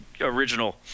original